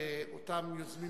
אותם יוזמים,